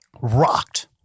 rocked